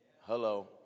hello